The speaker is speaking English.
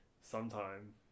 sometime